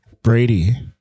Brady